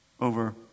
over